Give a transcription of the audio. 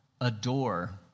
adore